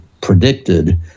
predicted